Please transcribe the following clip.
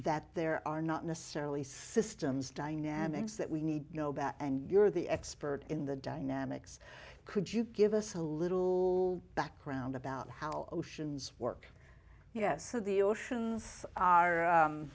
that there are not necessarily systems dynamics that we need to go back and you're the expert in the dynamics could you give us a little background about how oceans work yes so the oceans are